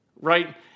right